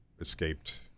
escaped